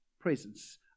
Presence